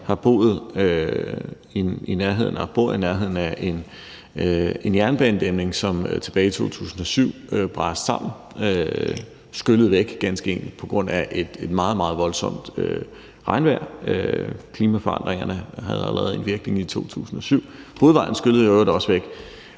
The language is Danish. jeg bor i nærheden af en jernbanedæmning, som tilbage i 2007 braste sammen – skyllede væk ganske enkelt – på grund af et meget, meget voldsomt regnvejr. Klimaforandringerne havde allerede en virkning i 2007. Hovedvejen skyllede i øvrigt også væk.